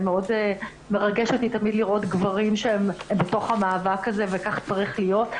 מאוד מרגש אותי תמיד לראות גברים שהם בתוך המאבק הזה וכך צריך להיות,